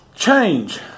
Change